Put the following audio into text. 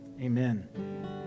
amen